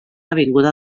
avinguda